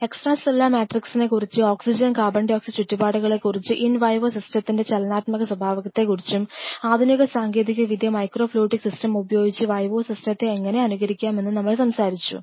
extra cellular മാട്രിക്സിനെക്കുറിച്ച് oxygen carbon dioxide ചുറ്റുപാടുകളെ കുറിച്ച് ഇൻ വിവോ സിസ്റ്റത്തിന്റെ ചലനാത്മക സ്വഭാവത്തെക്കുറിച്ചും ആധുനിക സാങ്കേതികവിദ്യ മൈക്രോ ഫ്ലൂയിഡിക് സിസ്റ്റം ഉപയോഗിച്ച് വിവോ സിസ്റ്റത്തെ എങ്ങനെ അനുകരിക്കാമെന്നും നമ്മൾ സംസാരിച്ചു